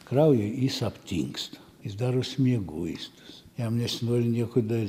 kraujuj jis aptingsta jis darosi mieguistas jam nesinori nieko da